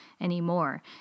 anymore